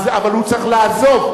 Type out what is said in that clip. אבל הוא צריך לעזוב,